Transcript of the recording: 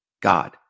God